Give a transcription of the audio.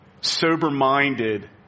sober-minded